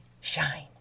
shine